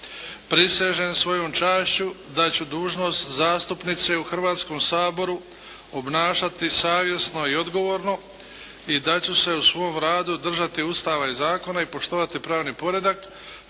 Prisežem svojom čašću da ću dužnost zastupnice u Hrvatskom saboru obnašati savjesno i odgovorno. I da ću se u svom radu držati Ustava i zakona, poštovati pravni poredak